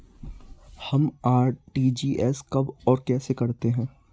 हम आर.टी.जी.एस कब और कैसे करते हैं?